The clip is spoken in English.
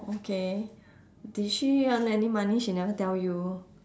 okay did she earn any money she never tell you